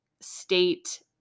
state